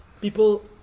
people